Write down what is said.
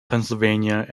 pennsylvania